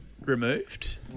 removed